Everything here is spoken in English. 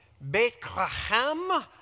Bethlehem